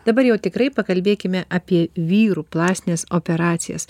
dabar jau tikrai pakalbėkime apie vyrų plastines operacijas